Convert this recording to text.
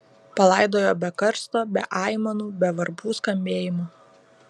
palaidojo be karsto be aimanų be varpų skambėjimo